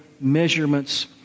measurements